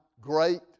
great